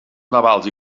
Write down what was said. navals